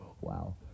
Wow